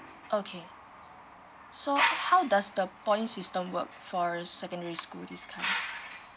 okay so how does the points system work for a secondary school this kind